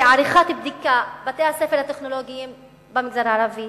עריכת בדיקה: בתי-הספר הטכנולוגיים במגזר הערבי